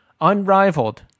unrivaled